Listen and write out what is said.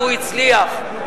והוא הצליח.